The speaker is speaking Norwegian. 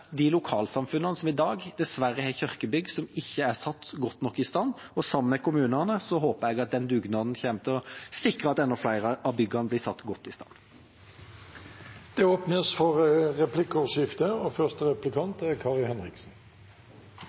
de lokalsamfunnene som i dag dessverre har kirkebygg som ikke er satt godt nok i stand. Jeg håper at den dugnaden vi skal ha sammen med kommunene, kommer til å sikre at enda flere av byggene blir satt godt i stand. Det blir replikkordskifte. Arbeiderpartiet og Kristelig Folkeparti er